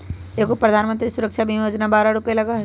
एगो प्रधानमंत्री सुरक्षा बीमा योजना है बारह रु लगहई?